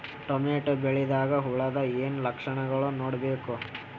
Tomato ಬೆಳಿದಾಗ್ ಹುಳದ ಏನ್ ಲಕ್ಷಣಗಳು ನೋಡ್ಬೇಕು?